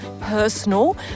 personal